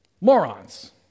Morons